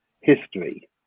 history